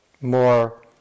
more